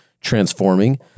transforming